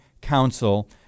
Council